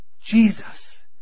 Jesus